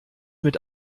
mit